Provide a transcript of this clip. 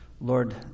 lord